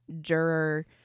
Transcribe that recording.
juror